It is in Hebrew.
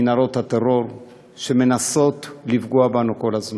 מנהרות הטרור שמנסות לפגוע בנו כל הזמן.